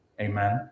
Amen